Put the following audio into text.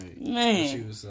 Man